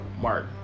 Mark